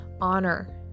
honor